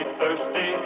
thirsty